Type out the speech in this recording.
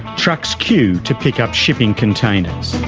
trucks queue to pick up shipping containers.